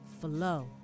flow